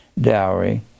dowry